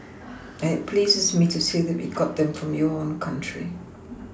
and pleases me to say that we got them from your own country